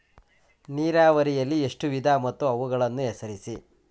ನೀರಾವರಿಯಲ್ಲಿ ಎಷ್ಟು ವಿಧ ಮತ್ತು ಅವುಗಳನ್ನು ಹೆಸರಿಸಿ?